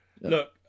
Look